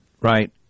right